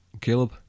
Caleb